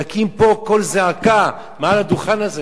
תקים פה קול זעקה מעל הדוכן הזה.